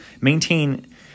maintain